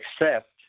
accept